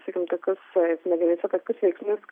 sakykim tokius smegenyse tokius veiksnius